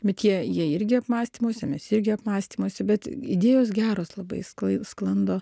bet jie jie irgi apmąstymuose mes irgi apmąstymuose bet idėjos geros labai sklai sklando